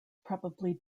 probably